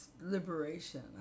liberation